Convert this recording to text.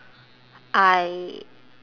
I